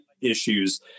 issues